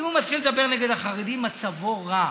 אם הוא מתחיל לדבר נגד החרדים מצבו רע.